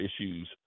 issues